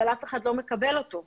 אבל אף אחד לא מקבל אותו,